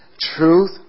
truth